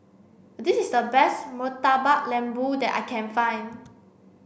this is the best Murtabak Lembu that I can find